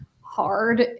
hard